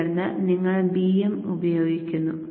തുടർന്ന് നിങ്ങൾ Bm ഉപയോഗിക്കുന്നു